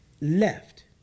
left